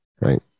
right